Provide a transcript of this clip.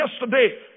yesterday